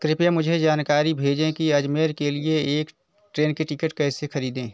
कृपया मुझे जानकारी भेजें कि अजमेर के लिए एक ट्रेन की टिकट कैसे खरीदें